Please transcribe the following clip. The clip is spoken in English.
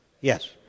Yes